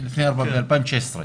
ב-2016.